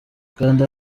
kanda